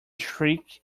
shriek